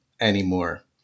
anymore